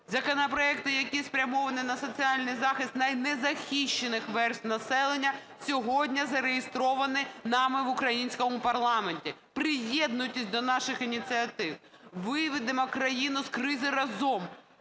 Законопроекти, які спрямовані на соціальний захист найнезахищених верств населення сьогодні зареєстровані нами в українському парламенті. Приєднуйтесь до наших ініціатив. Виведемо країну з кризи разом.